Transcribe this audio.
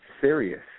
serious